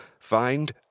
Find